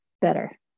better